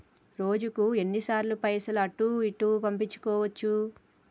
రోజుకు ఎన్ని సార్లు పైసలు అటూ ఇటూ పంపించుకోవచ్చు?